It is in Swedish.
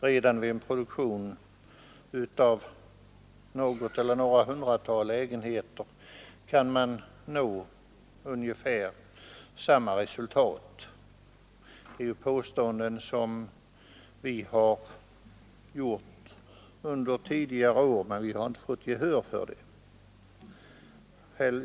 Redan vid en produktion av något eller några hundratal lägenheter kan man nå ungefär samma resultat. Det är ju påståenden som vi har gjort under tidigare år, men vi har inte fått gehör för dem.